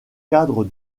cadre